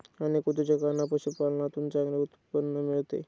अनेक उद्योजकांना पशुपालनातून चांगले उत्पन्न मिळते